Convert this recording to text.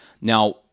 Now